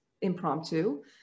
impromptu